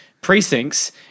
precincts